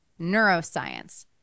neuroscience